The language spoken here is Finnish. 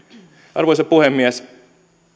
arvoisa puhemies